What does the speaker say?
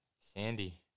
Sandy